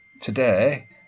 today